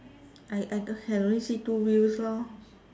I I c~ can only see two wheels lor